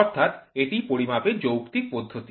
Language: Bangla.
অর্থাৎ এটি পরিমাপের যৌক্তিক পদ্ধতি